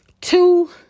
two